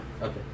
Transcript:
Okay